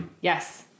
Yes